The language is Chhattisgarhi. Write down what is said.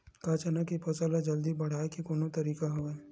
का चना के फसल ल जल्दी बढ़ाये के कोनो तरीका हवय?